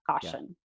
caution